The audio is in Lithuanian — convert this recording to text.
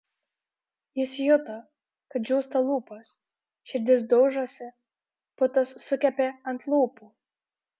jis juto kad džiūsta lūpos širdis daužosi putos sukepė ant lūpų